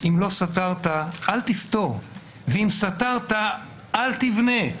אם לא סתרת אל תסתור, ואם סתרת אל תבנה.